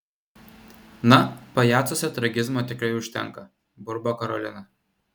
na pajacuose tragizmo tikrai užtenka burba karolina